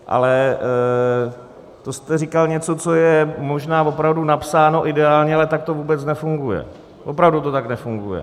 Ale to jste říkal něco, co je možná napsáno ideálně, ale tak to vůbec nefunguje, opravdu to tak nefunguje.